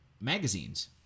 magazines